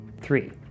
Three